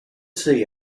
see